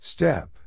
Step